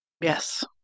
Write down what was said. Yes